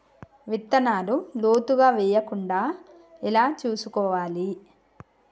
విత్తనాలు లోతుగా వెయ్యకుండా ఎలా చూసుకోవాలి?